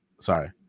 sorry